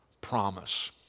promise